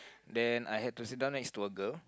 then I had to sit down next to a girl